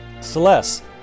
Celeste